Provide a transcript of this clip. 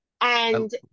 And-